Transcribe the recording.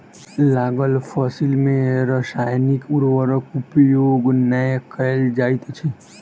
लागल फसिल में रासायनिक उर्वरक उपयोग नै कयल जाइत अछि